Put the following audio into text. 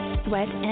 sweat